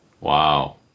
Wow